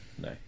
No